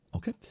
Okay